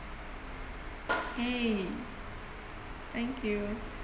!yay! thank you